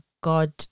God